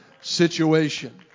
situation